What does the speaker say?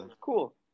cool